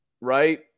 right